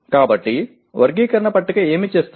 కాబట్టి వర్గీకరణ పట్టిక ఏమి చేస్తుంది